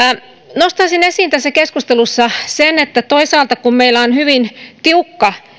nostaisin esiin tässä keskustelussa sen että toisaalta kun meillä on hyvin tiukka